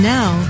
Now